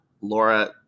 laura